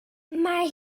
mae